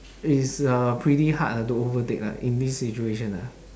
is a pretty hard to overtake ah in this situation ah